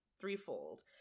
threefold